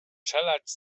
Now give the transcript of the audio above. czeladź